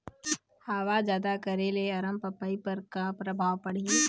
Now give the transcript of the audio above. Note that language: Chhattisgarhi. हवा जादा करे ले अरमपपई पर का परभाव पड़िही?